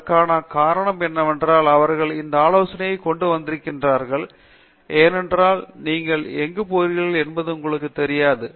அதற்கான காரணம் என்னவென்றால் அவர்கள் இந்த ஆலோசனையை கொண்டு வந்திருக்கிறார்கள் ஏனென்றால் நீங்கள் எங்குப் போகிறீர்கள் என்பது உங்களுக்குத் தெரியாது